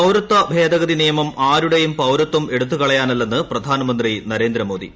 പൌരത്വ ഭേദഗതി നിയമം ആരുടേയൂക് പ്രൌരിത്വം എടുത്തുകളയാനല്ലെന്ന് പ്രധാനമുത്തി ന്രേന്ദ്രമോദി